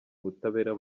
ubutabera